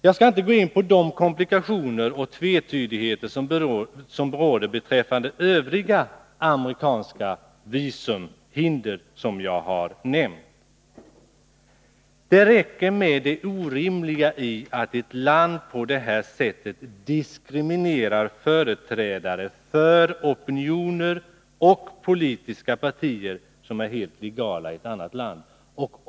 Jag skall inte gå in på de komplikationer och tvetydigheter som råder beträffande övriga amerikanska visumhinder som jag har nämnt. Det räcker med det orimliga i att ett land på det här sättet diskriminerar företrädare för opinioner och politiska partier som är helt legala i ett annat land.